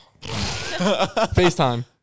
FaceTime